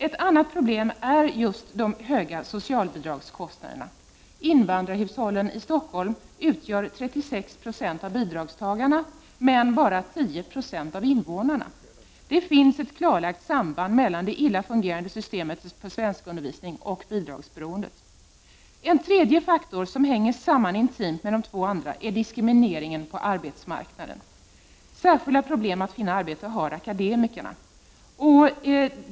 Ett annat problem är just de höga socialbidragskostnaderna. Invandrarhushållen utgör 36 96 av bidragstagarna i Stockholm, men bara 10 96 av invånarna. Det finns ett klarlagt samband mellan det illa fungerande systemet för svenskundervisning och bidragsberoendet. En tredje faktor som hänger intimt samman med de två andra är diskrimineringen på arbetsmarknaden. Särskilda problem att finna arbete har akademikerna.